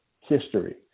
history